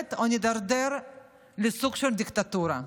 מתקדמת או שנידרדר לסוג של דיקטטורה.